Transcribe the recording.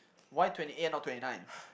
why twenty eight and not twenty nine